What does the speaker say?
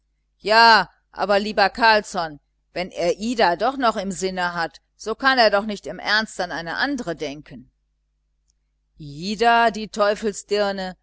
ja aber lieber carlsson wenn er ida doch noch im sinne hat so kann er doch nicht im ernst an eine andre denken ida die